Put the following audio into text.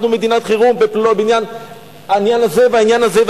אנחנו במדינת חירום בעניין הזה,